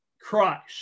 Christ